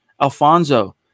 Alfonso